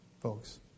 folks